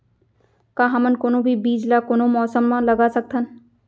का हमन कोनो भी बीज ला कोनो मौसम म लगा सकथन?